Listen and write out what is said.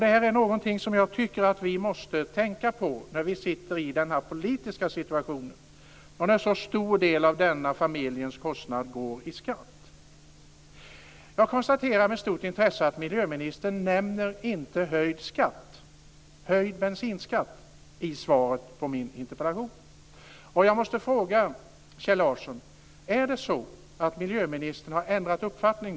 Det här är någonting som jag tycker att vi måste tänka på i den politiska situation där vi sitter: att en så stor del av denna familjs kostnader går till skatt. Jag konstaterar med stort intresse att miljöministern inte nämner höjd bensinskatt i svaret på min interpellation. Jag måste fråga Kjell Larsson: Är det så att miljöministern nu har ändrat uppfattning?